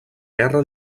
guerra